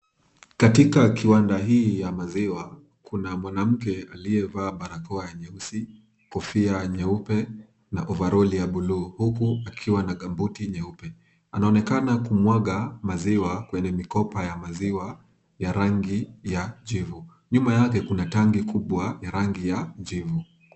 Katika kiwanda hii ya maziwa, Kuna mwanamke aliyevaa barakoa ya nyeusi, kofia nyeupe na ovaroli ya buluu huku akiwa na gambuti nyeupe. Anaonekana kumwaga maziwa kwenye mikopa ya maziwa ya rangi ya jivu. Nyuma yake kuna tangi kubwa ya rangi ya jivu.